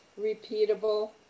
repeatable